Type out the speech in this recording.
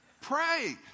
Pray